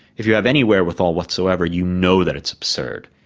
if you have any wherewithal whatsoever you know that it's absurd.